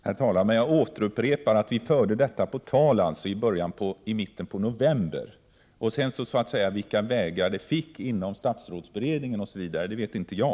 Herr talman! Jag upprepar att vi förde detta på tal i mitten av november. Vilka vägar detta tog inom statsrådsberedningen osv. vet inte jag.